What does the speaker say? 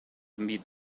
meet